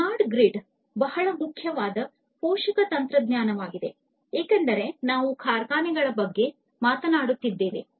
smart grid ಬಹಳ ಮುಖ್ಯವಾದ ಪೋಷಕ ತಂತ್ರಜ್ಞಾನವಾಗಿದೆ ಏಕೆಂದರೆ ನಾವು ಕಾರ್ಖಾನೆಗಳ ಬಗ್ಗೆ ಮಾತನಾಡುತ್ತಿದ್ದೇವೆ